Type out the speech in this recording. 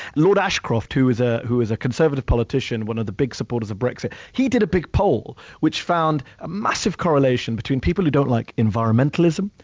lord ashcroft, who is ah who is a conservative politician, one of the big supporters of brexit, he did a big poll which found a massive correlation between people who don't like environmentalism,